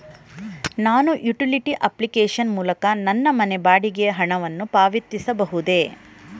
ನಾನು utility application ಮೂಲಕ ನನ್ನ ಮನೆ ಬಾಡಿಗೆ ಹಣವನ್ನು ಪಾವತಿಸಬಹುದೇ?